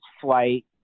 flight